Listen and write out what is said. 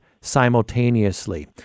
simultaneously